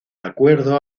acuerdo